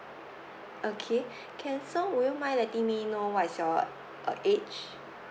okay can so would you mind letting me know what is your uh age